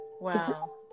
Wow